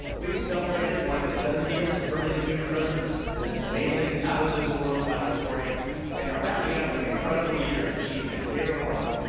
we've celebrated more than a dozen years of permanent human presence on and this amazing, out of this world laboratory and are wrapping up an incredible year of achievement here on orbit.